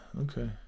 okay